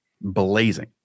blazing